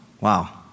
Wow